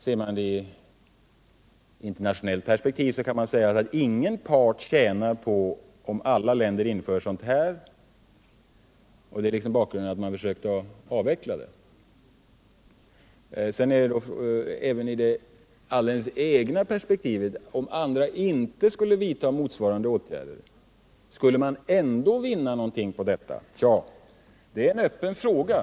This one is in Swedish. Om man ser frågan i internationellt perspektiv kan man säga att ingen part tjänar på att alla länder inför sådan märkning, och det är liksom bakgrunden till att man försökt avveckla reglerna om ursprungsmärkning sett ur det egna perspektivet: Om andra länder inte skulle vidta motsvarande åtgärder, skulle man vinna något på det? Det ären öppen Nr 98 fråga.